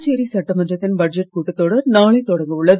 புதுச்சேரி சட்டமன்றத்தின் பட்ஜெட் கூட்டத்தொடர் நாளை தொடங்கவுள்ளது